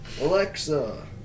Alexa